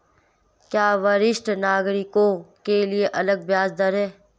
क्या वरिष्ठ नागरिकों के लिए अलग ब्याज दर है?